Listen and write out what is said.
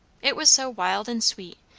it was so wild and sweet,